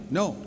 no